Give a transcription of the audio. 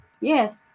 Yes